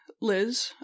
Liz